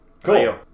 Cool